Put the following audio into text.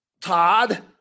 Todd